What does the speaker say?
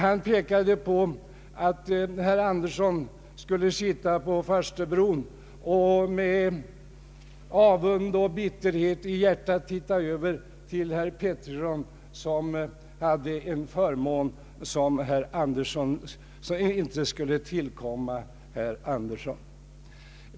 Han pekade på att herr Andersson skulle sitta på farstubron och med avund och bitterhet i hjärtat titta över till herr Pettersson som hade en förmån som inte tillkom herr Andersson.